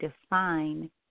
define